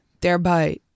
thereby